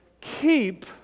keep